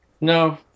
No